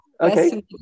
Okay